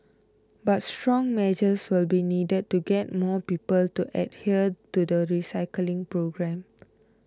but stronger measures will be needed to get more people to adhere to the recycling program